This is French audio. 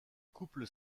couple